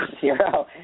zero